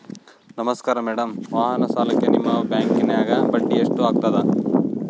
ನಮಸ್ಕಾರ ಮೇಡಂ ವಾಹನ ಸಾಲಕ್ಕೆ ನಿಮ್ಮ ಬ್ಯಾಂಕಿನ್ಯಾಗ ಬಡ್ಡಿ ಎಷ್ಟು ಆಗ್ತದ?